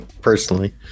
personally